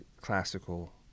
classical